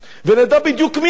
ונדע בדיוק מי הם.